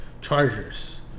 chargers